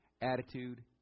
attitude